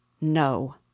No